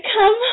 come